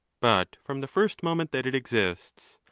but from the first moment that it exists.